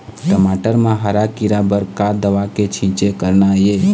टमाटर म हरा किरा बर का दवा के छींचे करना ये?